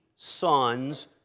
sons